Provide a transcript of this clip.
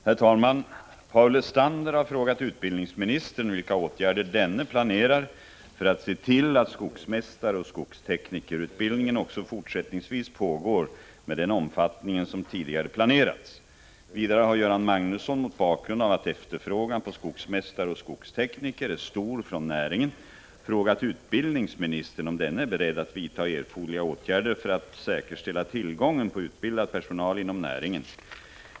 Herr talman! Paul Lestander har frågat utbildningsministern vilka åtgärder denne planerar för att se till att skogsmästaroch skogsteknikerutbildningen också fortsättningsvis pågår med den omfattning som tidigare planerats. Vidare har Göran Magnusson, mot bakgrund av att efterfrågan på skogsmästare och skogstekniker är stor från näringen, frågat utbildningsministern om denne är beredd att vidta erforderliga åtgärder för att säkerställa tillgången på utbildad personal inom näringen.